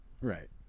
Right